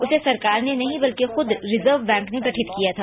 उसे सरकार ने नहीं बल्कि खद रिजर्व बैंक ने गठित किया था